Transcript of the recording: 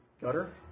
Gutter